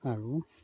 আৰু